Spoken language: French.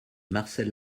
marcel